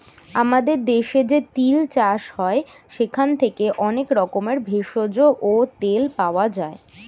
আমাদের দেশে যে তিল চাষ হয় সেখান থেকে অনেক রকমের ভেষজ ও তেল পাওয়া যায়